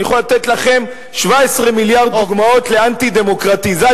אני יכול לתת לכם 17 מיליארד דוגמאות לאנטי-דמוקרטיזציה,